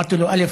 אמרתי לו: א.